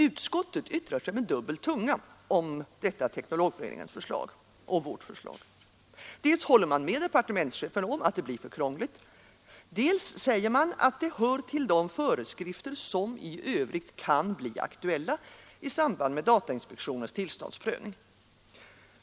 Utskottet yttrar sig med dubbel tunga om detta Teknologföreningens och vårt förslag: dels håller man med departementschefen om att det blir för krångligt, dels säger man att det hör till de föreskrifter som i övrigt kan bli aktuella i samband med datainspektionens tillståndsprövning.